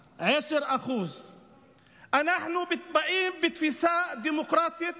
10%. אנחנו באים בתפיסה דמוקרטית